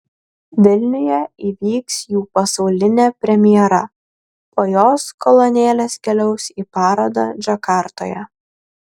vilniuje įvyks jų pasaulinė premjera po jos kolonėlės keliaus į parodą džakartoje